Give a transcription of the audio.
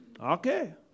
Okay